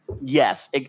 Yes